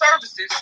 services